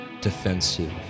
defensive